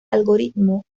algoritmo